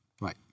Right